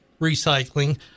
recycling